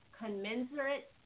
commensurate